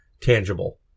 tangible